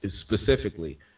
specifically